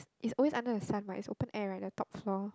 is always under the sun right it's open air right the top floor